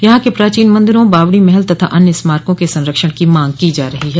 यहां के प्राचीन मंदिरों बावड़ो महल तथा अन्य स्मारकों के संरक्षण की मांग की जा रही है